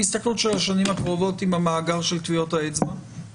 בהסתכלות של השנים הקרובות עם המאגר של טביעות האצבע?